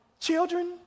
children